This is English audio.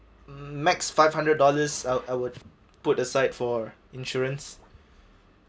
max five hundred dollars I I would put aside for insurance